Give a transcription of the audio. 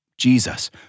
Jesus